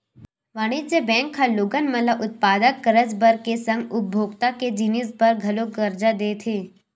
वाणिज्य बेंक ह लोगन मन ल उत्पादक करज बर के संग उपभोक्ता के जिनिस बर घलोक करजा देथे